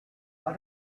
why